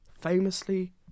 famously